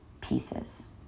pieces